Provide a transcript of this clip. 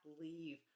leave